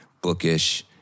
bookish